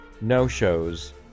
no-shows